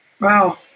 Wow